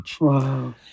Wow